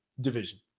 division